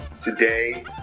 Today